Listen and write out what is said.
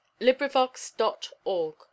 LibriVox.org